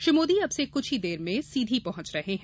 श्री मोदी अब से कुछ ही देर में सीधी पहुॅच रहे हैं